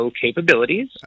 capabilities